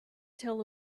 tell